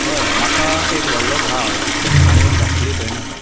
हय म्हाका एक व्हडलो भाव आनी एक धाकली भयण आसा